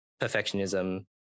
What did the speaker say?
perfectionism